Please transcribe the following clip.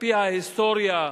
על-פי ההיסטוריה,